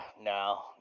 no